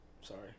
Sorry